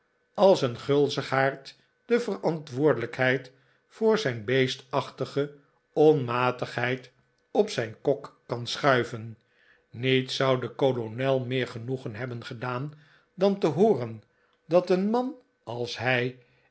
als een gulzigaard de verantwobrdelijkheid voor zijn beestachtige onmatigheid op zijn kok kan schuiven niets zou den kolonel meer genoegen hebben gedaan dan te hooren dat een man als hij